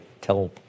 tell